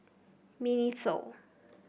Miniso